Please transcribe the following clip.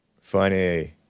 Funny